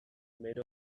made